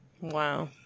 Wow